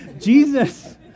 Jesus